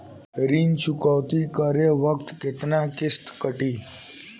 ऋण चुकौती करे बखत केतना किस्त कटी?